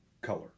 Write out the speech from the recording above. color